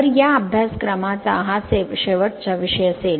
तर या अभ्यासक्रमाचा हा शेवटचा विषय असेल